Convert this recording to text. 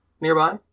nearby